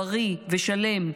בריא ושלם,